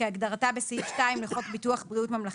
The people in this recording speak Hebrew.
כהגדרתה בסעיף 2 לחוק ביטוח בריאות ממלכתי,